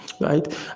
right